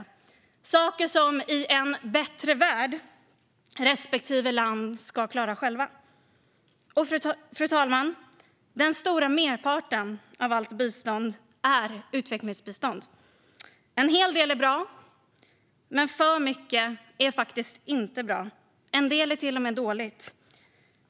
Det är saker som respektive land i en bättre värld ska klara själva. Fru talman! Den stora merparten av allt bistånd är utvecklingsbistånd. En hel del är bra, men alltför mycket är faktiskt inte bra. En del är till och med dåligt.